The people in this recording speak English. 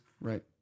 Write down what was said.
Right